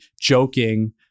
joking